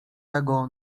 tego